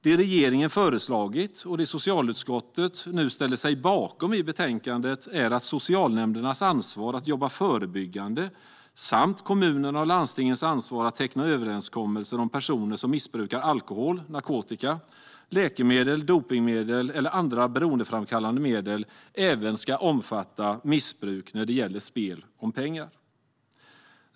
Det som regeringen föreslagit och det som socialutskottet nu ställer sig bakom i betänkandet är att socialnämndernas ansvar att jobba förebyggande samt kommunernas och landstingens ansvar att teckna överenskommelser om personer som missbrukar alkohol, narkotika, läkemedel, dopningsmedel eller andra beroendeframkallande medel även ska omfatta missbruk när det gäller spel om pengar.